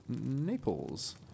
Naples